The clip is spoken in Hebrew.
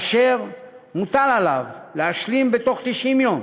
אשר מוטל עליו להשלים בתוך 90 יום: